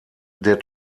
der